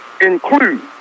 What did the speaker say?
include